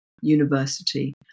university